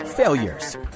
failures